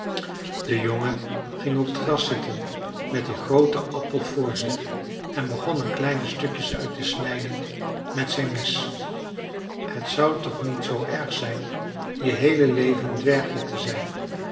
de jongen ging op het gras zitten met dien grooten appel voor zich en begon er kleine stukjes uit te snijden met zijn mes t zou toch niet zoo erg zijn je heele leven een dwergje te zijn